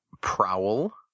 Prowl